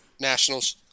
Nationals